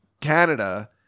Canada